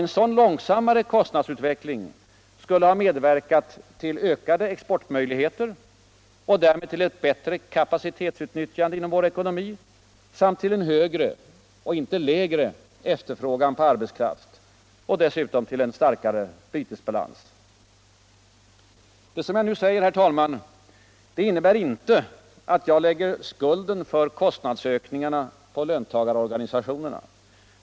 En sådan långsammare kostnadsutveckling skulle ha medverkat till ökade exportmöjligheter och därmed till ett bältre kapacitetsutnyttjunde inom vår ekonomi samt ull en högre - inte lägre — efterfrågan på arbetskraft och dessutom till en starkare bytesbalans. Det som jag nu siger. herr talman, innebär inte att jag lägger skulden för kostnadsökningarna på löntagarorganisationerna.